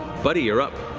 buddy, you're up.